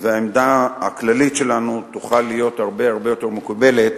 והעמדה הכללית שלנו תוכל להיות הרבה יותר מקובלת